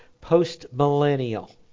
post-millennial